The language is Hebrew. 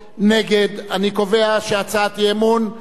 אני קובע שהצעת האי-אמון של סיעות